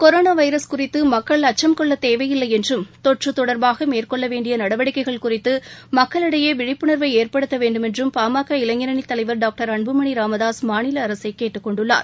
corona virus குறித்து மக்கள் அச்சம் கொள்ள தேவையில்லை என்றும் தொற்று தொடர்பாக மேற்கொள்ள வேண்டிய நடவடிக்கைகள் குறித்து மக்களிடையே விழிப்புணா்வை ஏற்படுத்த வேண்டுமென்று பாமக இளைஞரனி தலைவர் டாங்டர் அன்புமணி ராமதாஸ் மாநில அரசை கேட்டுக் கொண்டுள்ளார்